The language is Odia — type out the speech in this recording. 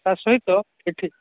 ତା' ସହିତ ଏଠି